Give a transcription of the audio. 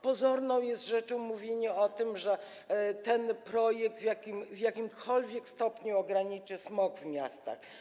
Pozorną jest rzeczą mówienie o tym, że ten projekt w jakimkolwiek stopniu ograniczy smog w miastach.